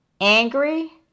Angry